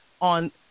on